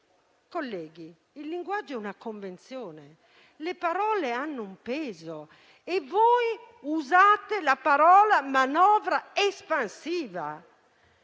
Colleghi, il linguaggio è una convenzione. Le parole hanno un peso. Voi usate l'espressione manovra espansiva: